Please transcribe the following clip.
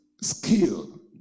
skill